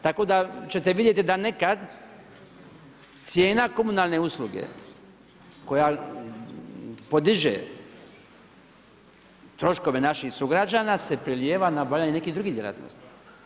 Tako da ćete vidjeti da nekad cijena komunalne usluge koja podiže troškove naših sugrađana se prelijeva na obavljanje nekih drugih djelatnosti.